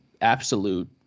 absolute